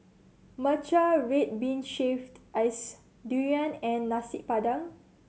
matcha red bean shaved ice durian and Nasi Padang